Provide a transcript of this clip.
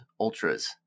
ultras